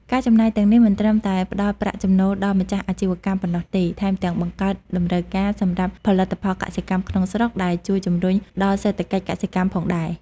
ការចំណាយទាំងនេះមិនត្រឹមតែផ្ដល់ប្រាក់ចំណូលដល់ម្ចាស់អាជីវកម្មប៉ុណ្ណោះទេ ថែមទាំងបង្កើតតម្រូវការសម្រាប់ផលិតផលកសិកម្មក្នុងស្រុក ដែលជួយជំរុញដល់សេដ្ឋកិច្ចកសិកម្មផងដែរ។